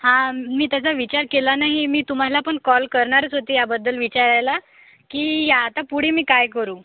हां मी त्याचा विचार केला नाही मी तुम्हाला पण कॉल करणारच होती याबद्दल विचारायला की आता पुढे मी काय करू